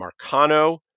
Marcano